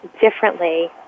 differently